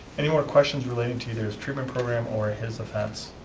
any more questions relating to either his treatment program or his offense?